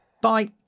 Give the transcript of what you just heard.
Bye